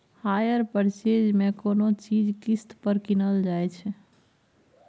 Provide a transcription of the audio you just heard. hire purchase मे कोनो चीज किस्त पर कीनल जाइ छै